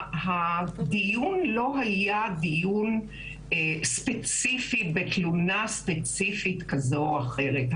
הדיון לא היה דיון ספציפי בתלונה ספציפית כזו או אחרת.